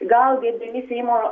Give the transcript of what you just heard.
gal gerbiami seimo